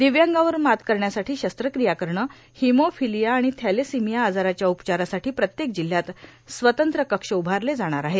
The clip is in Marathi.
दिव्यांगावर मात करण्यासाठी शस्त्रक्रिया करणे हिमोफिलिया आणि थॅलेसिमीया आजाराच्या उपचारासाठी प्रत्येक जिल्ह्यात स्वतंत्र कक्ष उभारले जाणार आहेत